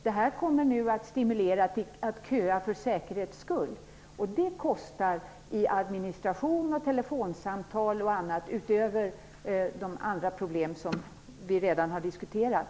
Det här kommer att stimulera till ett köande för säkerhets skull, och det kostar i administration, telefonsamtal och annat, utöver att det leder till de andra problem som vi redan har diskuterat.